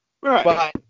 Right